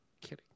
Kidding